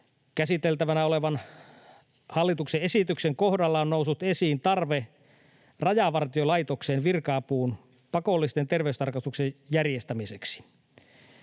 Käsiteltävänä olevan hallituksen esityksen kohdalla on noussut esiin tarve Rajavartiolaitoksen virka-apuun pakollisten terveystarkastusten järjestämiseksi.